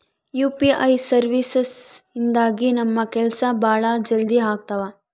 UPI services ಇಂದಾಗಿ ನಮ್ ಕೆಲ್ಸ ಭಾಳ ಜಲ್ದಿ ಅಗ್ತವ